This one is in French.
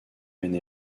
maine